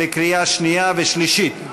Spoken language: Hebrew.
לקריאה שנייה ושלישית.